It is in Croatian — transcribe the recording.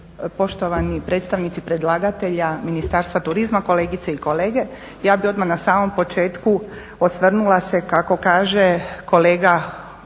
poštovani predstavnici predlagatelja, Ministarstva turizma, kolegice i kolege. Ja bih odmah na samom početku osvrnula se kako kaže kolega